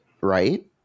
right